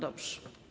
Dobrze.